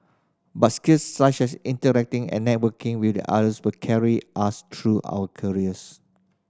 but skills such as interacting and networking with others will carry us through our careers